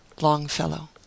Longfellow